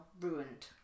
ruined